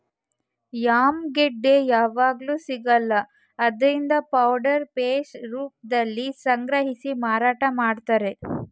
yam ಗೆಡ್ಡೆ ಯಾವಗ್ಲೂ ಸಿಗಲ್ಲ ಆದ್ರಿಂದ ಪೌಡರ್ ಪೇಸ್ಟ್ ರೂಪ್ದಲ್ಲಿ ಸಂಗ್ರಹಿಸಿ ಮಾರಾಟ ಮಾಡ್ತಾರೆ